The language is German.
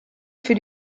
für